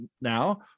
now